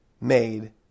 made